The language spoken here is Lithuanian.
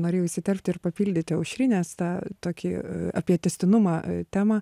norėjau įsiterpti ir papildyti aušrinės tą tokį apie tęstinumą temą